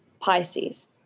Pisces